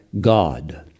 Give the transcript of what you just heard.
God